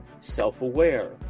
self-aware